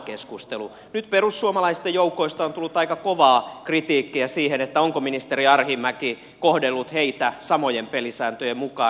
nyt perussuomalaisten joukoista on tullut aika kovaa kritiikkiä siitä onko ministeri arhinmäki kohdellut heitä samojen pelisääntöjen mukaan